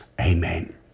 Amen